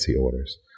orders